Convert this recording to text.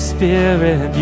Spirit